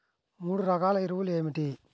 మూడు రకాల ఎరువులు ఏమిటి?